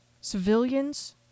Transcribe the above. Civilians